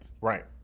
right